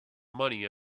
money